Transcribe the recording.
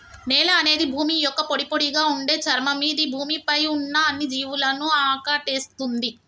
నేల అనేది భూమి యొక్క పొడిపొడిగా ఉండే చర్మం ఇది భూమి పై ఉన్న అన్ని జీవులను ఆకటేస్తుంది